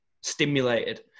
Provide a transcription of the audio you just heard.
stimulated